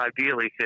ideally